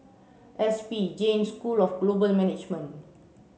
S P Jain School of Global Management